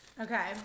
Okay